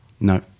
No